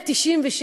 197